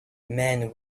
man